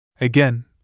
Again